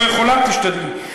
לא יכולה, תשתדלי.